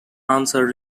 answer